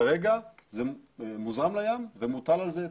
כרגע זה מוזרם לים ומוטל על זה היטל.